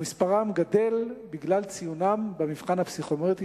ומספרם גדל בגלל ציונם במבחן הפסיכומטרי,